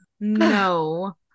No